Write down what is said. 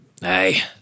Hey